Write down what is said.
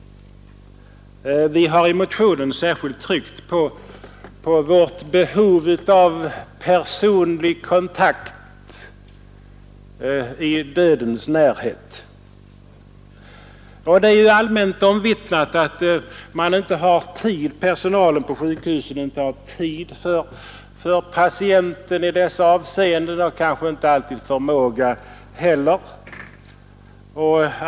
Vi har i motionen särskilt tryckt på människans behov av personlig kontakt i dödens närhet. Det är ju allmänt omvittnat att personalen på sjukhusen inte har tid att ägna sig åt patienten i dessa avseenden, och kanske inte heller alltid förmågan.